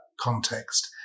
context